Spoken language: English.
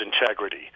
integrity